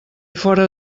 fora